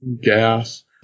gas